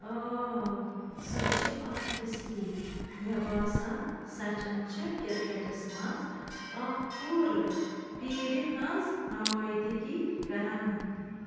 آ سُہ چھِ اکھ ۂستی مےٚ باسان سچَن چھِ کِرکٮ۪ٹس منٛز اکھ پوٗرٕ پیٖرِ ہٕنٛز نُمٲیدِگی کران